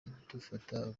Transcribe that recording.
dufata